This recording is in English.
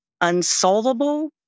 unsolvable